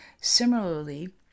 Similarly